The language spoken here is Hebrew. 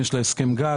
יש מורכבות יתר במגורים,